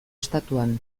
estatuan